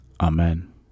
amen